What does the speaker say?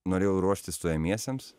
norėjau ruoštis stojamiesiems